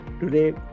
today